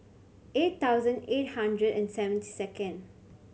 eight thousand eight hundred and seventy second